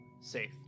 safe